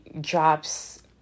drops